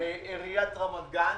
עיריית רמת גן.